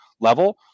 level